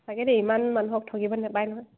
চাগে দেই ইমান মানুহক ঠগিব নেপাই নহয়